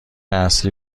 اصلی